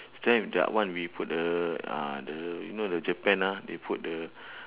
is that that one we put the uh the you know the japan ah they put the